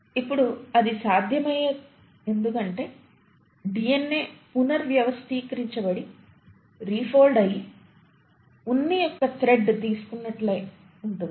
ఇప్పుడు అది సాధ్యమే ఎందుకంటే డిఎన్ఏ పునర్వ్యవస్థీకరించబడి రిఫోల్డ్ అయ్యి ఉన్ని యొక్క థ్రెడ్ తీసుకున్నట్లుగా ఉంటుంది